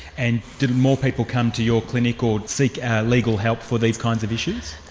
and did more people come to your clinic, or seek legal help for these kinds of issues?